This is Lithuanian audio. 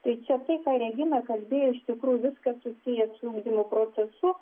tai čia tai ką regina kalbėjo iš tikrųjų viskas susiję su ugdymo procesu